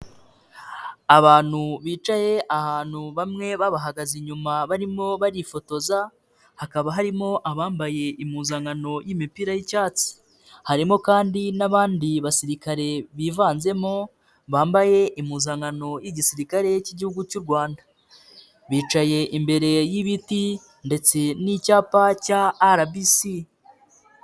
Abantu bicaye ahantu bamwe babahagaze inyuma barimo barifotoza, hakaba harimo abambaye impuzankano y'imipira y'icyatsi, harimo kandi n'abandi basirikare bivanzemo bambaye impuzankano y'Igisirikare cy'Igihugu cy'u Rwanda, bicaye imbere y'ibiti ndetse n'icyapa cya RBC.